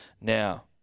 Now